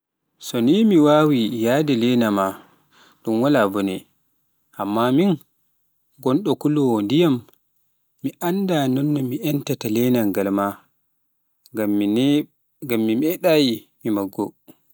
So mi waawii yahde laana maa ɗum wala bone, amma min ngonɗo kulowoo ndiyam, mi annda nonno mi entataa laanar ngal, ngam mi meɗayi mi maggo.